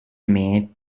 made